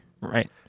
Right